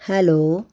hello